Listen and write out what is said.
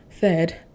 third